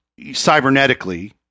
cybernetically